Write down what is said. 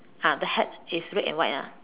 ah the hat is red and white ah